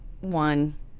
one